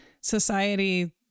society